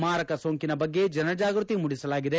ಮಾರಕ ಸೋಂಕಿನ ಬಗ್ಗೆ ಜನ ಜಾಗೃತಿ ಮೂಡಿಸಲಾಗಿದೆ